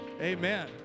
amen